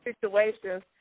situations